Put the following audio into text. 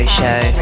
show